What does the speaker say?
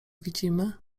widzimy